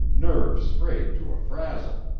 nerves frayed to a frazzle.